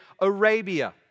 Arabia